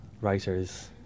writers